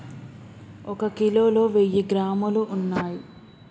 ఒక కిలోలో వెయ్యి గ్రాములు ఉన్నయ్